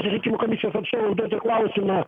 rinkimų komisijos atstovui duoti klausimą